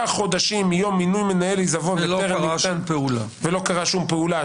חודשים ממינוי מנהל עיזבון- ולא קרה שום פעולה",